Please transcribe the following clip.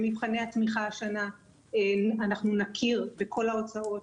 ומבחני התמיכה השנה אנחנו נכיר בכל ההוצאות